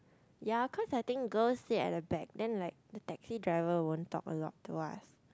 ya cause I think girl sit at the back then like the taxi driver won't talk a lot to us